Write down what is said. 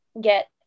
get